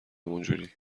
اونجوری